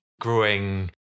growing